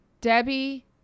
Debbie